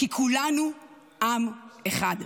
כי כולנו עם אחד.